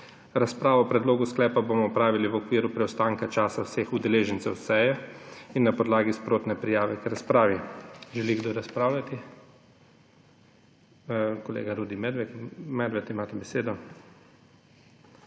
Razpravo o predlogu sklepa bomo opravili v okviru preostanka časa vseh udeležencev seje in na podlagi sprotne prijave k razpravi. Želi kdo razpravljati? Kolega Rudi Medved, imate besedo.